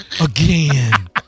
again